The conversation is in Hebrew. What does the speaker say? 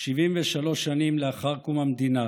73 שנים לאחר קום המדינה,